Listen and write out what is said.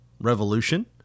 revolution